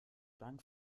bank